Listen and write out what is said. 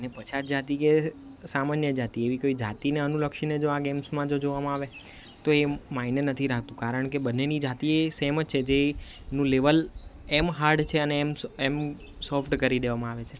અને પછાત જાતી કે સામાન્ય જાતી એવી કંઈ જાતીને અનુલક્ષીને જો આ ગેમ્સમાં જો જોવામાં આવે તો એ માયને નથી રાખતું કારણ કે બંનેની જાતી એ સેમ જ છે જે એનું લેવલ એમ હાર્ડ છે અને સો એમ સોફ્ટ કરી દેવામાં આવે છે